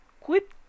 quit